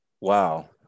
wow